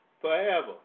forever